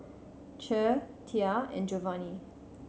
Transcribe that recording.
Che Tia and Giovanny